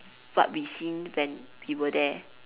what we seen when we were there